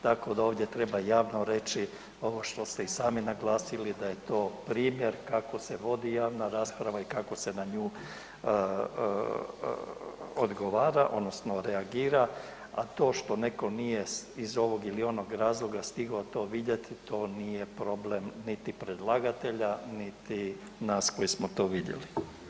Tako da ovdje treba javno reći, ovo što ste i sami naglasili, da je to primjer kako se vodi javna rasprava i kako se na nju odgovara odnosno reagira, a to što neko nije iz ovog ili onog razloga stigao to vidjeti to nije problem niti predlagatelja, niti nas koji smo to vidjeli.